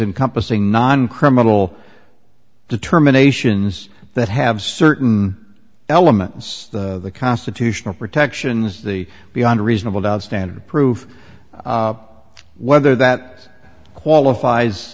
encompassing non criminal determinations that have certain elements the constitutional protections the beyond reasonable doubt standard prove whether that qualifies